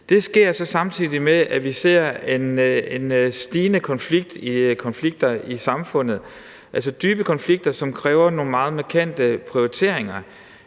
Det sker så samtidig med, at vi ser stigende konflikter i samfundet, altså dybe konflikter, som kræver nogle meget markante prioriteringer.